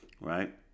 right